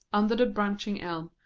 under a branching elm,